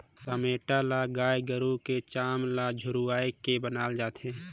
चमेटा ल गाय गरू कर चाम ल झुरवाए के बनाल जाथे